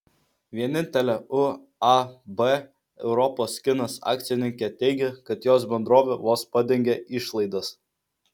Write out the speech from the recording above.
vienintelė uab europos kinas akcininkė teigia kad jos bendrovė vos padengia išlaidas